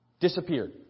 disappeared